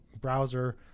browser